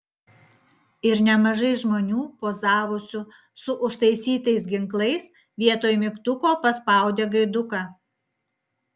ir nemažai žmonių pozavusių su užtaisytais ginklais vietoj mygtuko paspaudė gaiduką